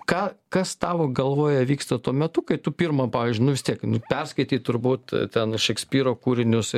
ką kas tavo galvoje vyksta tuo metu kai tu pirma pavyzdžiui nu vis tiek perskaityt turbūt ten šekspyro kūrinius